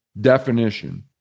definition